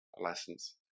lessons